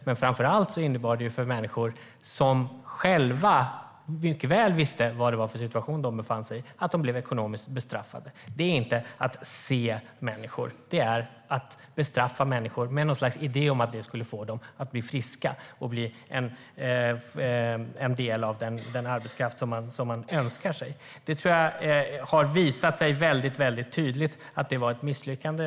Men framför allt innebar det för människor som själva mycket väl visste vilken situation de befann sig i att de blev ekonomiskt bestraffade. Det är inte att se människor, utan det är att bestraffa människor med något slags idé om att det skulle få dem att bli friska och bli en del av den arbetskraft som man önskar sig. Jag tror att det mycket tydligt har visat sig att det var ett misslyckande.